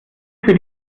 für